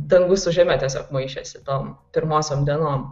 dangus su žeme tiesiog maišėsi tom pirmosiom dienom